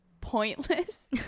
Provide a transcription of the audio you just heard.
pointless